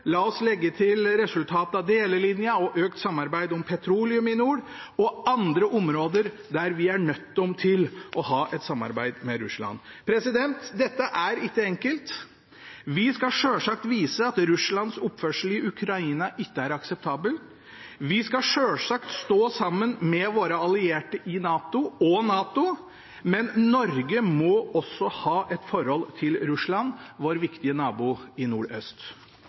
resultatet av delelinja, økt samarbeid om petroleum i nord og andre områder der vi er nødt til å ha et samarbeid med Russland. Dette er ikke enkelt. Vi skal selvsagt vise at Russlands oppførsel i Ukraina ikke er akseptabel. Vi skal sjølsagt stå sammen med våre allierte og NATO, men Norge må også ha et forhold til Russland, vår viktige nabo i nordøst.